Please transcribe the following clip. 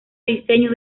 diseño